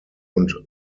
und